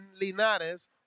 Linares